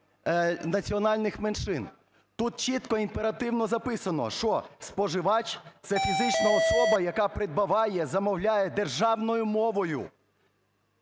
національних меншин. Тут чітко імперативно записано, що "споживач – це фізична особа, яка придбаває, замовляє державною мовою,